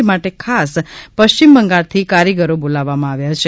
એ માટે ખાસ પશ્ચિમ બંગાળથી કારીગરો બોલાવવામાં આવે છે